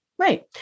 Right